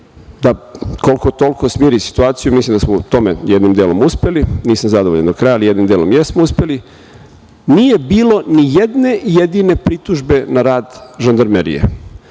da koliko-toliko smiri situaciju, mislim da smo u tome jednim delom uspeli, nisam zadovoljan do kraja, ali jednim delom jesmo uspeli, nije bilo nijedne jedine pritužbe na rad žandarmerije,